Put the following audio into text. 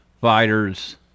fighters